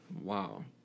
wow